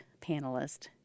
panelist